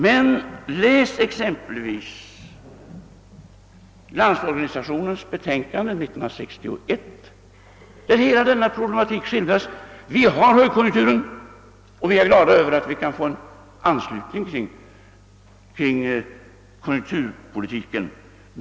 Men läs exempelvis landsorganisationens betänkande 1961, där hela denna problematik skildras. Vi har högkonjunktur, och vi är glada över att vi kan få en anslutning kring konjunk turpolitiken.